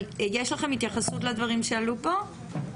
אבל יש לכם התייחסות לדברים שעלו פה?